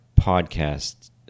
podcast